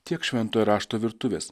tiek šventojo rašto virtuvės